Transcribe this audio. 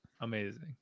Amazing